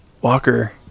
Walker